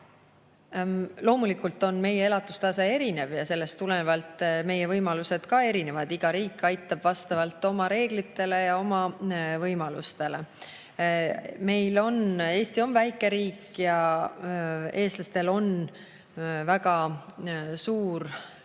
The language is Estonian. Loomulikult on meie elatustase erinev ja sellest tulenevalt on ka meie võimalused erinevad. Iga riik aitab vastavalt oma reeglitele ja oma võimalustele. Eesti on väike riik, aga eestlased tunnevad väga suurt